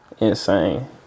insane